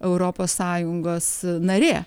europos sąjungos narė